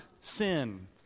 sin